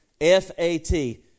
F-A-T